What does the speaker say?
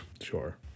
Sure